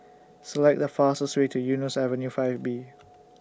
Select The fastest Way to Eunos Avenue five B